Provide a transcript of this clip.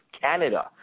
Canada